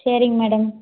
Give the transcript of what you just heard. சரிங் மேடம்